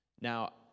Now